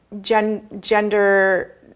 gender